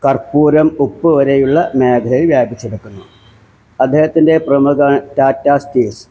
കര്പ്പൂരം ഉപ്പ് വരെയുള്ള മേഖലയില് വ്യാപിച്ച് കിടക്കുന്നു അദ്ദേഹത്തിന്റെ പ്രമുഖ ടാറ്റ സ്റ്റീല്സ്